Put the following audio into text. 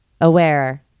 aware